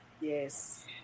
Yes